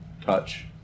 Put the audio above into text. Touch